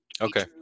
okay